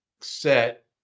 set